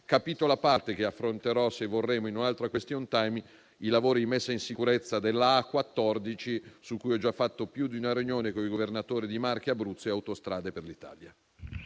Capitolo a parte che affronterò - se vorremo - in un altro *question time* sono i lavori di messa in sicurezza della A14, su cui ho già fatto più di una riunione con i Governatori di Marche e Abruzzo e Autostrade per l'Italia.